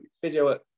physio